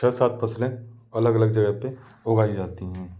छः सात फ़सलें अलग अलग जगह पर उगाई जाती हैं